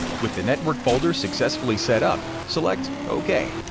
with the network folder successfully set up, select ok.